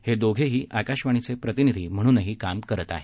हे दोघेही आकाशवाणीचे प्रतिनिधी म्हणूनही काम करत आहेत